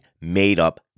made-up